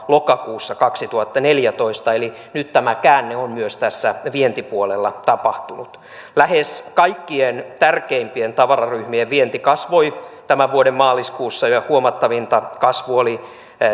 lokakuussa kaksituhattaneljätoista eli nyt tämä käänne on myös tässä vientipuolella tapahtunut lähes kaikkien tärkeimpien tavararyhmien vienti kasvoi tämän vuoden maaliskuussa ja huomattavinta kasvu oli